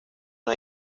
una